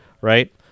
right